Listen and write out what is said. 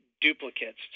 duplicates